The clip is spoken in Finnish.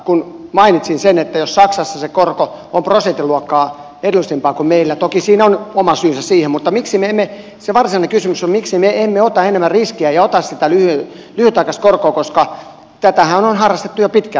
kun mainitsin sen että jos saksassa se korko on prosentin luokkaa edullisempaa kuin meillä toki siihen on oma syynsä niin se varsinainen kysymys on miksi me emme ota enemmän riskiä ja ota sitä lyhytaikaista korkoa koska tätähän on harrastettu jo pitkään tällä hetkellä